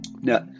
Now